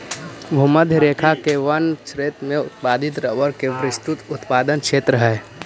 भूमध्य रेखा के वन क्षेत्र में उत्पादित रबर के विस्तृत उत्पादन क्षेत्र हइ